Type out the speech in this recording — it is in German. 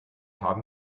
haben